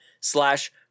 slash